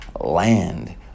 land